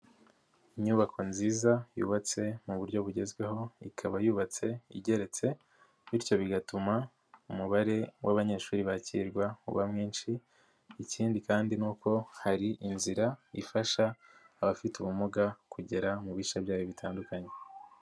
Inyubako nziza yubatse mu buryo bugezweho ikaba yubatse igeretse, bityo bigatuma umubare w'abanyeshuri wakirwa uba mwinshi, ikindi kandi ni uko hari inzira ifasha abafite ubumuga kugera mu bice byayo bitandukanye.